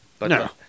No